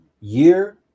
year